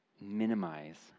minimize